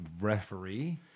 referee